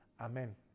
amen